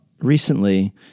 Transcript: recently